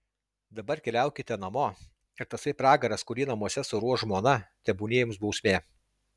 dabar keliaukite namo ir tasai pragaras kurį namuose suruoš žmona tebūnie jums bausmė